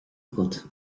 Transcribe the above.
agat